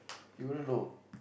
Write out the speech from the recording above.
you wouldn't know